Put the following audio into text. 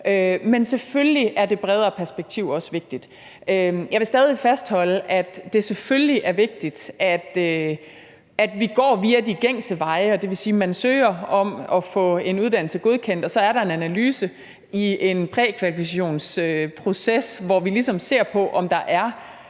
men selvfølgelig er det bredere perspektiv også vigtigt. Jeg vil stadig fastholde, at det selvfølgelig er vigtigt, at vi går via de gængse veje, og det vil sige, at man søger om at få en uddannelse godkendt, og så er der en analyse i en prækvalifikationsproces, hvor vi ser på, om der er